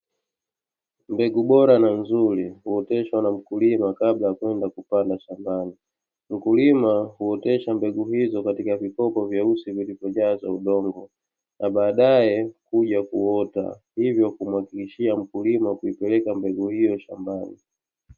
Mbegu bora na nzuri huoteshwa na mkulima kabla ya kwenda shambani, mkulima huotesha mbegu izo katika vifuko vyeusi vilivyojazwa udongo kabla ya kupelekwa shambani na badae kuja kuota hivyo kumwakikishia mkulima kabla ya kupelekwa shambani.